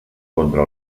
contra